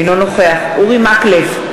אינו נוכח אורי מקלב,